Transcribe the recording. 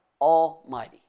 Almighty